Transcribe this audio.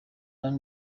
hano